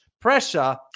pressure